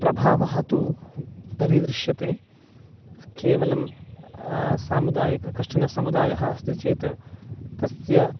प्रभावः तु दरीदृश्यते केवलं सामुदायिकः कश्चन समुदायः अस्ति चेत् तस्य